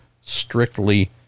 strictly